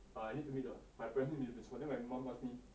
I need to meet the err my parents need to meet the principal then my mum ask me